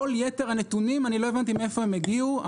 כל יתר הנתונים, אני לא הבנתי מאיפה הם הגיעו.